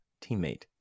teammate